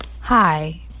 Hi